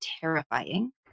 Terrifying